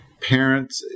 Parents